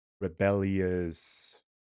rebellious